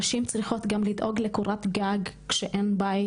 נשים צריכות גם לדאוג לקורת גג כשאין בית,